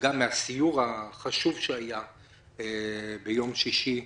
וגם מהסיור החשוב שהיה ביום שישי,